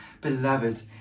beloved